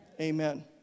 amen